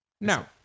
No